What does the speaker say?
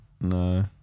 No